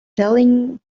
selling